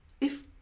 If